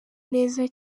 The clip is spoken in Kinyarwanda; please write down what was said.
neza